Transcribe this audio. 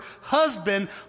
husband